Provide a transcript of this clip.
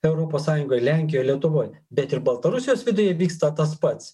europos sąjungoj lenkijoj lietuvoj bet ir baltarusijos viduje vyksta tas pats